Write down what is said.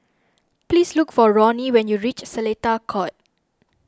please look for Ronnie when you reach Seletar Court